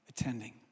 attending